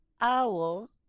owl